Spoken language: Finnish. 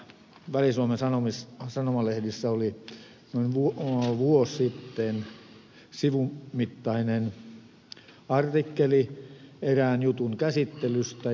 väli suomen sanomalehdissä oli noin vuosi sitten sivun mittainen artikkeli erään jutun käsittelystä